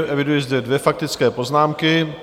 Eviduji zde dvě faktické poznámky.